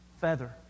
feather